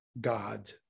God